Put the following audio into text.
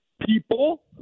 people